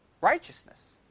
righteousness